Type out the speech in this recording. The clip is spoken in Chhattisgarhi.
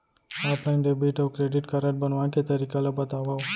ऑफलाइन डेबिट अऊ क्रेडिट कारड बनवाए के तरीका ल बतावव?